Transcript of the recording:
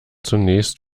zunächst